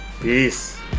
peace